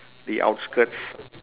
the outskirts